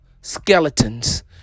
skeletons